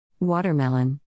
Watermelon